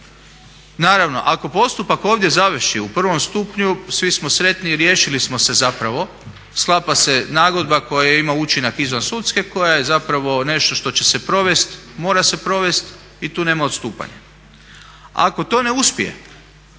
Naravno, ako postupak ovdje završi u prvom stupnju svi smo sretni i riješili smo se zapravo, sklapa se nagodba koja ima učinak izvansudske, koja je zapravo nešto što će se provest, mora se provest i tu nema odstupanja. Ako to ne uspije,